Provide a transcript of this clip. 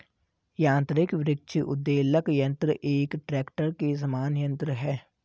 यान्त्रिक वृक्ष उद्वेलक यन्त्र एक ट्रेक्टर के समान यन्त्र है